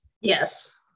Yes